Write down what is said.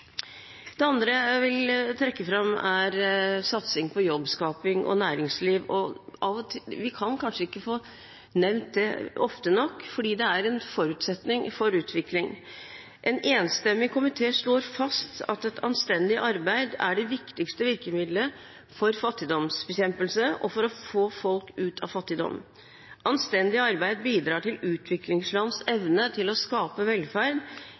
Det andre jeg vil trekke fram, er satsing på jobbskaping og næringsliv. Vi kan kanskje ikke få nevnt det ofte nok, for det er en forutsetning for utvikling. En enstemmig komité slår fast at anstendig arbeid er det viktigste virkemiddelet for fattigdomsbekjempelse og for å få folk ut av fattigdom. Anstendig arbeid bidrar til utviklingslands evne til å skape velferd